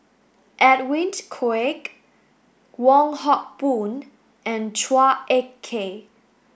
Edwin Koek Wong Hock Boon and Chua Ek Kay